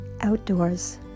outdoors